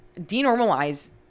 denormalize